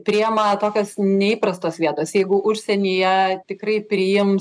priima tokios neįprastos vietos jeigu užsienyje tikrai priims